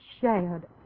shared